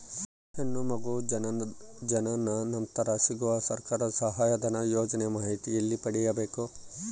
ಹೆಣ್ಣು ಮಗು ಜನನ ನಂತರ ಸಿಗುವ ಸರ್ಕಾರದ ಸಹಾಯಧನ ಯೋಜನೆ ಮಾಹಿತಿ ಎಲ್ಲಿ ಪಡೆಯಬೇಕು?